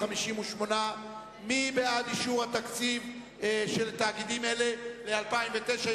מי בעד אישור התקציב של תאגידים אלה ל-2009,